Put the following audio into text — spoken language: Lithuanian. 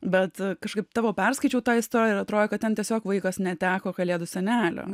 bet kažkaip tavo perskaičiau tą istoriją ir atrodė kad ten tiesiog vaikas neteko kalėdų senelio